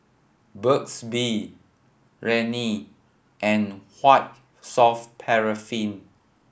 Burt's Bee Rene and White Soft Paraffin